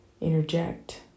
interject